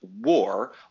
war